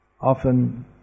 often